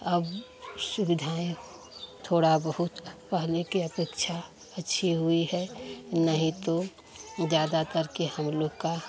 अब सुविधाएं थोड़ा बहुत पहले कि अपेक्षा अच्छी हुई है नहीं तो ज़्यादातर के हम लोगों का